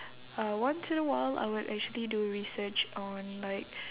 uh once in a while I would actually do research on like